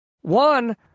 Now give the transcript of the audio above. One